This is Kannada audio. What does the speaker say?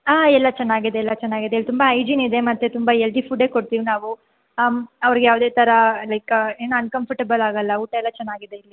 ಆಂ ಎಲ್ಲ ಚೆನ್ನಾಗಿದೆ ಎಲ್ಲ ಚೆನ್ನಾಗಿದೆ ಇಲ್ಲಿ ತುಂಬ ಐಜೀನ್ ಇದೆ ಮತ್ತು ತುಂಬ ಎಲ್ದಿ ಫುಡ್ಡೇ ಕೊಡ್ತಿವಿ ನಾವು ಅವ್ರಿಗೆ ಯಾವುದೇ ಥರ ಲೈಕ ಏನು ಅನ್ಕಂಫರ್ಟಬಲ್ ಆಗೋಲ್ಲ ಊಟ ಎಲ್ಲ ಚೆನ್ನಾಗಿದೆ ಇಲ್ಲಿ